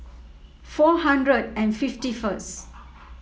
four hundred and fifty first